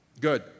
Good